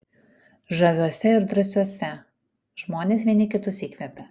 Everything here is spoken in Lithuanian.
žaviuose ir drąsiuose žmonės vieni kitus įkvepia